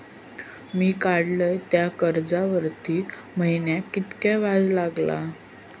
मी काडलय त्या कर्जावरती महिन्याक कीतक्या व्याज लागला?